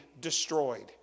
destroyed